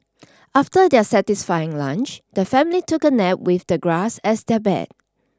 after their satisfying lunch the family took a nap with the grass as their bed